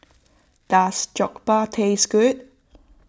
does Jokbal taste good